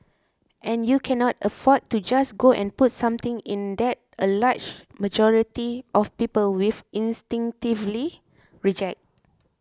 and you cannot afford to just go and put something in that a large majority of people will instinctively reject